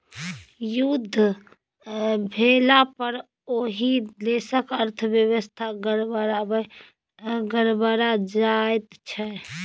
युद्ध भेलापर ओहि देशक अर्थव्यवस्था गड़बड़ा जाइत छै